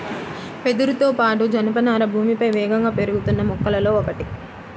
వెదురుతో పాటు, జనపనార భూమిపై వేగంగా పెరుగుతున్న మొక్కలలో ఒకటి